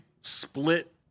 split